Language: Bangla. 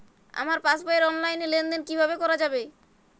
আমার পাসবই র অনলাইন লেনদেন কিভাবে করা যাবে?